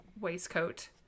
waistcoat